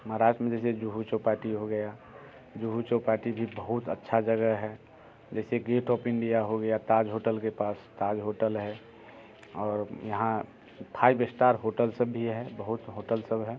महाराष्ट्र में जैसे जूहू चौपाटी हो गया जुहू चौपाटी भी बहुत अच्छा जगह है जैसे गेट ऑफ़ इंडिया हो गया ताज होटल के पास ताज होटल है और यहाँ फाइव स्टार होटल सब भी है बहुत होटल सब है